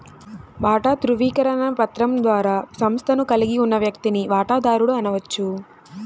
వాటా ధృవీకరణ పత్రం ద్వారా సంస్థను కలిగి ఉన్న వ్యక్తిని వాటాదారుడు అనవచ్చు